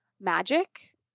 magic